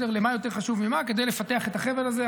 מה יותר חשוב ממה, כדי לפתח את החבל הזה.